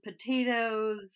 potatoes